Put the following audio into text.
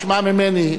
שמע ממני,